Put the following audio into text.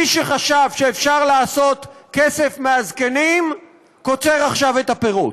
מי שחשב שאפשר לעשות כסף מהזקנים קוצר עכשיו את הפירות.